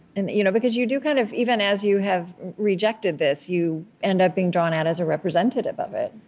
and you know because you do kind of even as you have rejected this, you end up being drawn out as a representative of it.